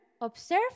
observe